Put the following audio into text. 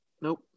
Nope